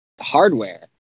hardware